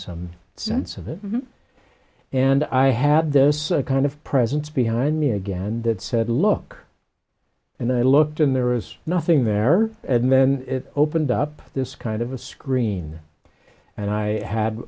some sense of it and i had this kind of presence behind me again that said look and i looked and there was nothing there at men opened up this kind of a screen and i ha